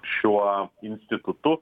šiuo institutu